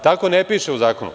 Tako ne piše u zakonu.